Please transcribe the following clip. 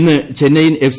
ഇന്ന് ചെന്നൈയിൻ എഫ്